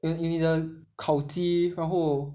你的烤鸡然后